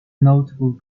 notable